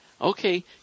Okay